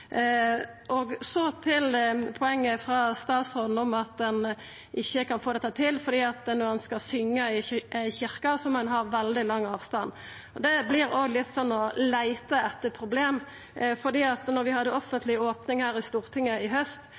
Så til poenget frå statsråden om at ein ikkje kan få dette til, fordi at når ein skal syngja i kyrkja, må ein ha veldig lang avstand. Det vert også litt sånn å leita etter problem. Då vi hadde offentleg opning her i Stortinget i haust